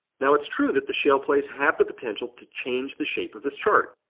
now it's true that the shale plays have the potential to change the shape of this chart.